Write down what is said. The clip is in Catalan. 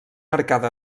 arcada